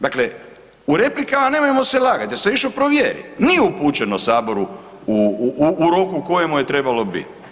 Dakle, u replikama nemojmo se lagat, ja sam išo provjerit, nije upućeno saboru u roku u kojemu je trebalo bit.